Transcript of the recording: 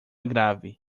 grave